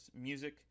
music